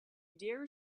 dare